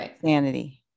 sanity